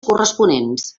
corresponents